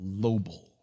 global